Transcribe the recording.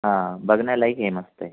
हा बघण्यालायक आहे मस्त आहे